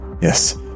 Yes